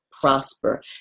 prosper